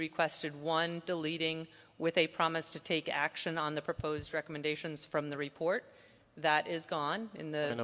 requested one deleting with a promise to take action on the proposed recommendations from the report that is gone in the